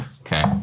Okay